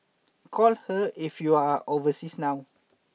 call her if you are overseas now